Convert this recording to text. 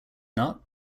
not